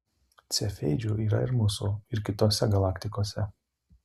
cefeidžių yra ir mūsų ir kitose galaktikose